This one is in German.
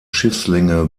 schiffslänge